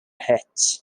hitch